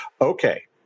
Okay